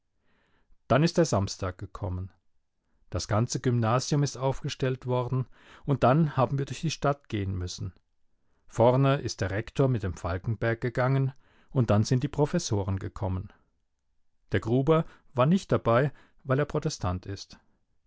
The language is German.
dann ist der samstag gekommen das ganze gymnasium ist aufgestellt worden und dann haben wir durch die stadt gehen müssen vorne ist der rektor mit dem falkenberg gegangen und dann sind die professoren gekommen der gruber war nicht dabei weil er protestant ist